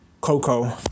coco